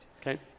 Okay